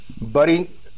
buddy